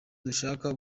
dushaka